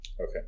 Okay